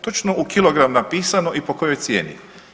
Točno u kilogram napisano i po kojoj cijeni.